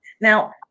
Now